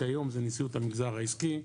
כיום זה נשיאות המגזר העסקי,